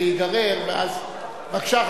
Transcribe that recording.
בבקשה,